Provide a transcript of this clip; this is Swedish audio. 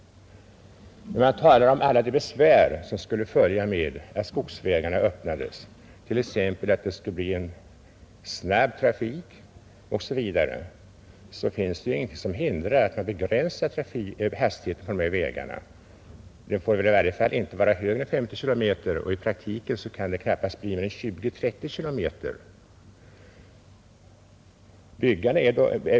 Man talar om alla de besvärligheter som skulle följa med att skogsbilvägarna öppnades, t.ex. att det skulle bli en snabb trafik på dem. Men det finns ju inget som hindrar att körhastigheten på dessa vägar begränsas. Hastigheten får i varje fall inte vara högre än 50 km och i praktiken kan den knappast bli högre än 20—30 km i timmen.